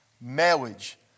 Marriage